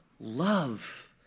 love